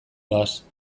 doaz